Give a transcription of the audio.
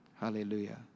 Hallelujah